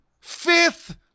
Fifth